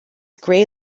grey